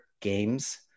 games